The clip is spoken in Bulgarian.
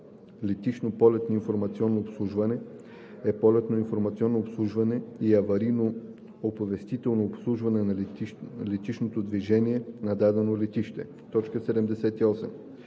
„Летищно полетно-информационно обслужване“ е полетно-информационно обслужване и аварийно-оповестително обслужване на летищното движение на дадено летище. 78.